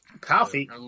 Coffee